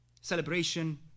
celebration